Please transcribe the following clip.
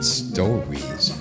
stories